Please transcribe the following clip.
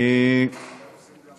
כל כך חשוב.